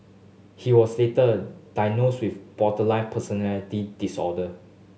he was later diagnosed with borderline personality disorder